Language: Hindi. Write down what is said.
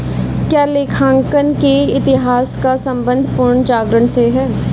क्या लेखांकन के इतिहास का संबंध पुनर्जागरण से है?